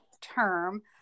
term